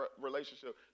relationship